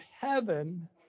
heaven